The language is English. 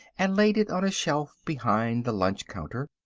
and laid it on a shelf behind the lunch-counter.